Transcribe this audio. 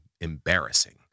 embarrassing